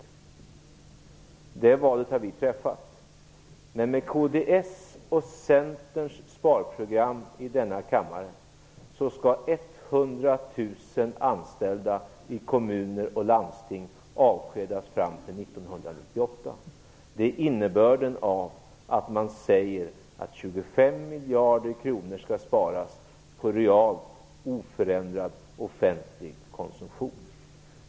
Det valet har vi träffat. Men med kds och Centerns sparprogram i denna kammare skall 100 000 anställda i kommuner och landsting avskedas fram till 1998. Det är innebörden av det man säger, att 25 miljarder kronor skall sparas på realt oförändrad offentlig konsumtion.